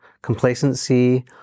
complacency